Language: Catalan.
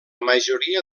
majoria